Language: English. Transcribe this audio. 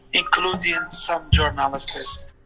including some journalists